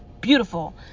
beautiful